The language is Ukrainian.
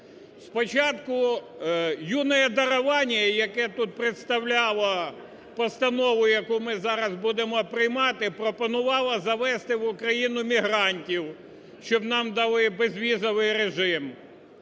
Спочатку юное дарование, яке тут представляло постанову, яку ми зараз будемо приймати, пропонувало завести в Україну мігрантів, щоб нам дали безвізовий режим.